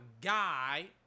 guy